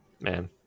Man